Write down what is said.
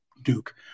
Duke